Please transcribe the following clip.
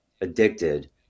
addicted